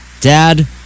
Dad